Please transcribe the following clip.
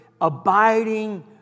abiding